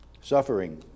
suffering